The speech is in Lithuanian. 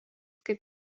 kaip